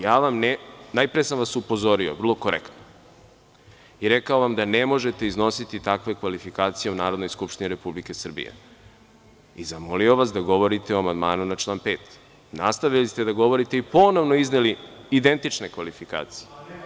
Najpre sam vas upozorio vrlo korektno i rekao vam da ne možete iznositi takve kvalifikacije u Narodnoj skupštini Republike Srbije i zamolio vas da govorite o amandmanu na član 5. Nastavili ste da govorite i ponovno izneli identične kvalifikacije.